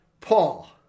Paul